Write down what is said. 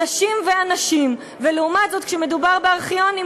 נשים ואנשים, ולעומת זאת כשמדובר בארכיונים,